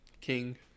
King